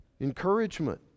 Encouragement